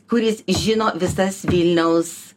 kuris žino visas vilniaus